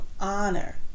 honor